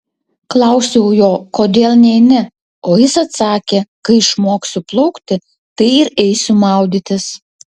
klausiau jo kodėl neini o jis atsakė kai išmoksiu plaukti tai ir eisiu maudytis